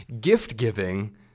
gift-giving